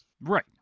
Right